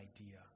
idea